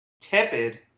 tepid